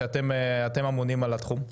שאתם אמונים על התחום?